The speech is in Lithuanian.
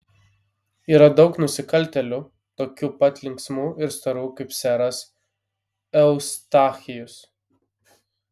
yra daug nusikaltėlių tokių pat linksmų ir storų kaip seras eustachijus